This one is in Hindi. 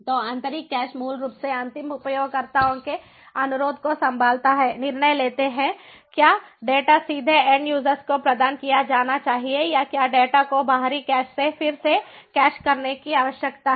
तो आंतरिक कैश मूल रूप से अंतिम उपयोगकर्ताओं के अनुरोध को संभालता है निर्णय लेता है क्या डेटा सीधे एंड यूज़र को प्रदान किया जाना चाहिए या क्या डेटा को बाहरी कैश से फिर से कैश करने की आवश्यकता है